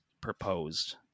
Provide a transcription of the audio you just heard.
proposed